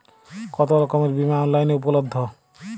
কতোরকমের বিমা অনলাইনে উপলব্ধ?